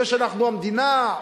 זה שאנחנו המדינה,